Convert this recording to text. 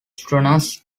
strenuous